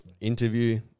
interview